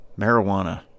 marijuana